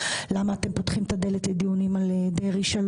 למה אתם פותחים את הדלת לדיונים על דרעי 3,